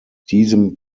diesem